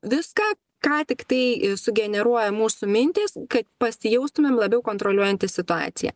viską ką tik tai sugeneruoja mūsų mintys kad pasijaustumėm labiau kontroliuojantys situaciją